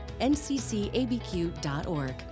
nccabq.org